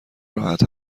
راحت